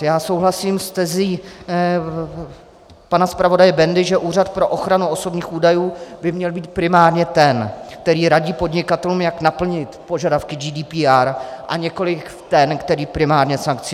Já souhlasím s tezí pana zpravodaje Bendy, že Úřad pro ochranu osobních údajů by měl být primárně ten, který radí podnikatelům, jak naplnit požadavky GDPR, a nikoli ten, který primárně sankcionuje.